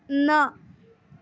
न